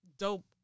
dope